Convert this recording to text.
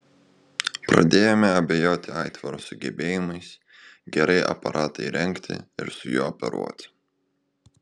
pradėjome abejoti aitvaro sugebėjimais gerai aparatą įrengti ir su juo operuoti